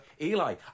Eli